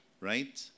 right